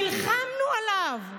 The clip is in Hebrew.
שנלחמנו עליו?